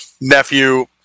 nephew